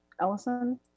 ellison